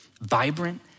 vibrant